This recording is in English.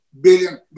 billion